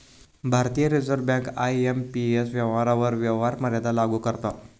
भारतीय reserve bank IMPS व्यवहारांवर व्यवहार मर्यादा लागू करता